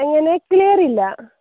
എങ്ങനെ ക്ലിയർ ഇല്ല